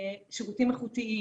שירותים איכותיים,